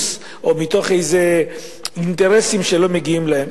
או מתוך איזה אינטרסים שלא מגיעים להם,